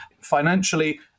Financially